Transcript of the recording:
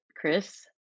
chris